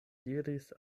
diris